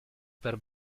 per